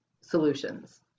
solutions